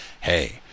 hey